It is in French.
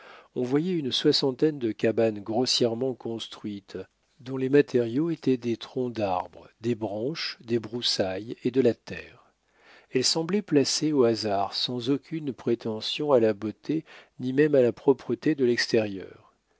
on voyait une soixantaine de cabanes grossièrement construites dont les matériaux étaient des troncs d'arbres des branches des broussailles et de la terre elles semblaient placées au hasard sans aucune prétention à la beauté ni même à la propreté de l'extérieur